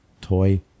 toy